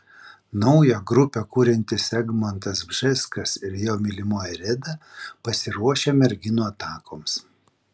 naują grupę kuriantis egmontas bžeskas ir jo mylimoji reda pasiruošę merginų atakoms